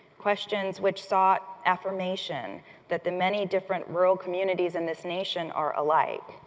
questions which sought affirmation that the many different rural communities in this nation are alike,